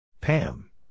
Pam